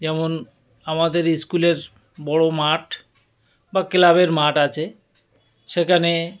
যেমন আমাদের স্কুলের বড় মাঠ বা ক্লাবের মাঠ আছে সেখানে